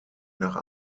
nach